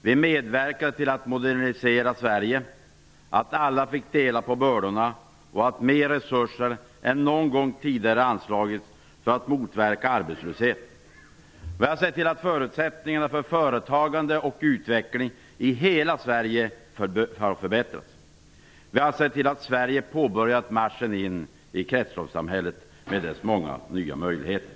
Vi medverkade till att modernisera Sverige, att alla fick dela på bördorna och att mer resurser än någon gång tidigare anslagits för att motverka arbetslöshet. Vi har sett till att förutsättningarna för företagande och utveckling i hela Sverige har förbättrats. Vi har sett till att Sverige påbörjat marschen in i kretsloppssamhället med dess många nya möjligheter.